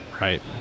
Right